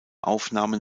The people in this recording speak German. aufnahmen